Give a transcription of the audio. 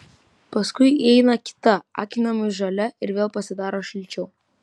paskui įeina kita akinamai žalia ir vėl pasidaro šilčiau